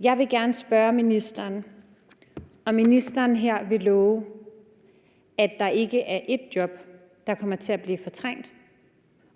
Jeg vil gerne spørge ministeren, om ministeren her vil love, at der ikke er et eneste job, der kommer til at blive fortrængt.